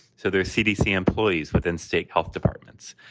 so there's cdc employees within state health departments.